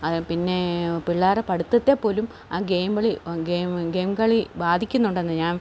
അതെ പിന്നേ പിള്ളേരെ പഠിത്തത്തെ പോലും ആ ഗെയിം കളി ഗെയിം ഗെയിം കളി ബാധിക്കുന്നുണ്ടെന്ന് ഞാൻ